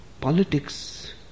Politics